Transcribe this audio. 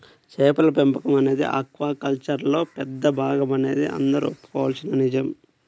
చేపల పెంపకం అనేది ఆక్వాకల్చర్లో పెద్ద భాగమనేది అందరూ ఒప్పుకోవలసిన నిజం